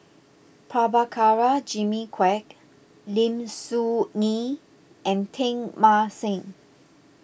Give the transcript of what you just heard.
Prabhakara Jimmy Quek Lim Soo Ngee and Teng Mah Seng